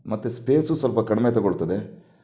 ಮತ್ತೆ ಸ್ಪೇಸೂ ಸ್ವಲ್ಪ ಕಡಿಮೆ ತಗೊಳ್ತದೆ